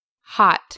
hot